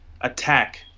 attack